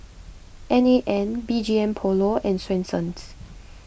any N B G M Polo and Swensens